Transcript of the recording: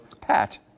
Pat